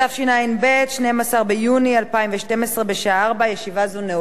התש"ע 2010, נתקבלה.